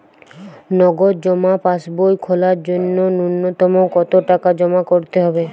নগদ জমা পাসবই খোলার জন্য নূন্যতম কতো টাকা জমা করতে হবে?